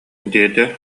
диэтэ